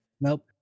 Nope